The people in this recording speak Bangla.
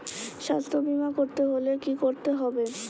স্বাস্থ্যবীমা করতে হলে কি করতে হবে?